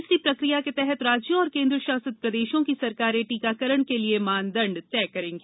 तीसरी प्रक्रिया के तहत राज्यों और केन्द्र शासित प्रदेशों की सरकारें टीकाकरण के लिए मानदंड तय करेगी